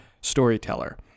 storyteller